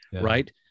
Right